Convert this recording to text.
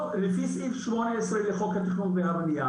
לפי סעיף 18 לחוק התכנון והבנייה,